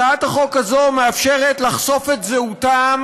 הצעת החוק הזאת מאפשרת לחשוף את זהותם